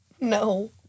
No